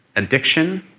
addiction,